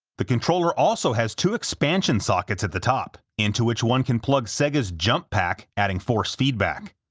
the controller also has two expansion sockets at the top, into which one can plug sega's jump pack, adding force feedback.